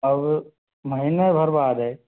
और महीने भर बाद है